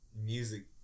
music